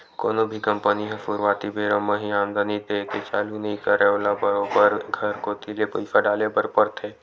कोनो भी कंपनी ह सुरुवाती बेरा म ही आमदानी देय के चालू नइ करय ओला बरोबर घर कोती ले पइसा डाले बर परथे